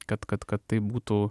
kad kad kad taip būtų